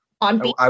on